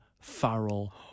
Farrell